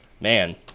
man